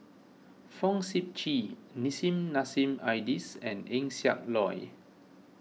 Fong Sip Chee Nissim Nassim Adis and Eng Siak Loy